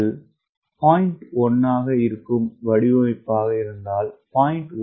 1 ஆக இருக்கும் வடிவமைப்பாக இருந்தால் 0